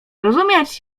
rozumieć